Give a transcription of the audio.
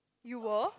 you were